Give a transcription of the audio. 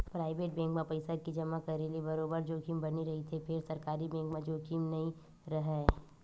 private bank म पइसा के जमा करे ले बरोबर जोखिम बने रहिथे फेर सरकारी बेंक म जोखिम नइ राहय